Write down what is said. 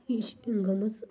یہِ چھ اِنٛگلینٛڈس